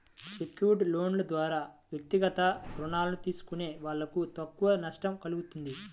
secured లోన్ల ద్వారా వ్యక్తిగత రుణాలు తీసుకునే వాళ్ళకు తక్కువ నష్టం కల్గుతుంది